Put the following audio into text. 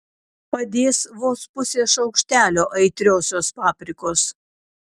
padės vos pusė šaukštelio aitriosios paprikos